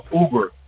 Uber